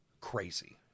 crazy